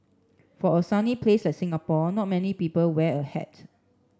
for a sunny place like Singapore not many people wear a hat